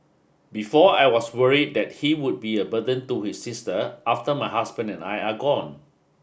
before I was worried that he would be a burden to his sister after my husband and I are gone